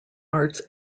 arts